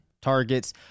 targets